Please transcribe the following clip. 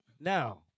Now